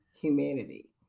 humanity